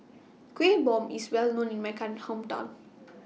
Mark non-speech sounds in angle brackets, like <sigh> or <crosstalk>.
Kueh Bom IS Well known in My Come Hometown <noise>